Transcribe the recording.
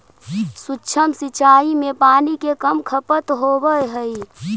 सूक्ष्म सिंचाई में पानी के कम खपत होवऽ हइ